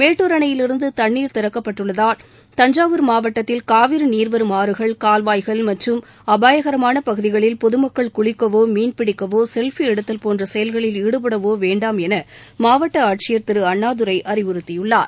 மேட்டுர் அணையிலிருந்து தண்ணீர் திறக்கப்பட்டுள்ளதால் தஞ்சாவூர் மாவட்டத்தில் காவிரி நீர் வரும் ஆறுகள் கால்வாய்கள் மற்றும் அபாயகரமான பகுதிகளில் பொதுமக்கள் குளிக்கவோ மீன்பிடிக்கவோ செல்ஃபி எடுத்தல் போன்ற செயல்களில் ஈடுபடவோ வேண்டாம் என மாவட்ட ஆட்சியர் திரு அண்ணாதுரை அறிவுறுத்தியுள்ளார்